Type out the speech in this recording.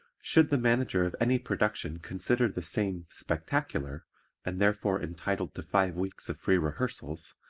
should the manager of any production consider the same spectacular and therefore entitled to five weeks of free rehearsals,